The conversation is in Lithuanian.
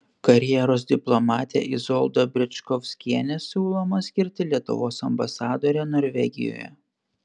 karjeros diplomatę izoldą bričkovskienę siūloma skirti lietuvos ambasadore norvegijoje